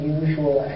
usual